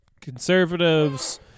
conservatives